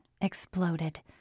exploded